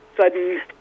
sudden